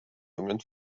jungen